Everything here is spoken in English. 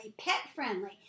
pet-friendly